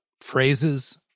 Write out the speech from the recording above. Phrases